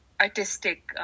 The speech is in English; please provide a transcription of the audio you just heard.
artistic